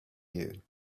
you